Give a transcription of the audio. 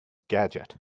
gadget